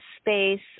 space